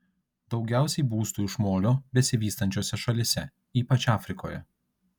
daugiausiai būstų iš molio besivystančiose šalyse ypač afrikoje